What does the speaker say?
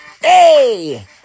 Hey